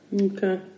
Okay